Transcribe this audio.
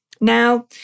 Now